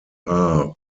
are